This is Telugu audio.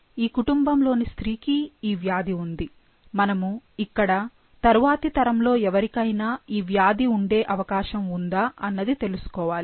ఈ కుటుంబంలోని స్త్రీకి ఈ వ్యాధి ఉంది మనము ఇక్కడ తరువాతి తరంలో ఎవరికైనా ఈ వ్యాధి ఉండే అవకాశం ఉందా అన్నది తెలుసుకోవాలి